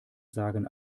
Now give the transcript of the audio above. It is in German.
sagen